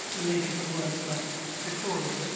related to words like decorum.